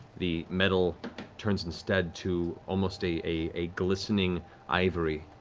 the metal turns instead to almost a a glistening ivory